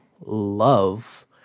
love